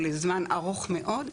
לזמן ארוך מאוד,